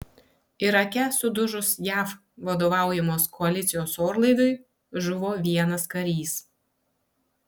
irake sudužus jav vadovaujamos koalicijos orlaiviui žuvo vienas karys